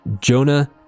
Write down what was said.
Jonah